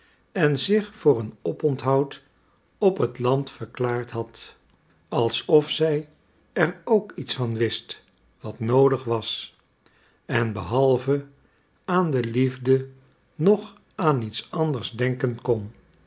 en zich voor een oponthoud op het land verklaard had alsof zij er ook iets van wist wat noodig was en behalve aan de liefde nog aan iets anders denken kon